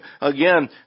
again